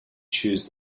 choose